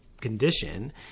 condition